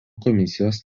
komisijos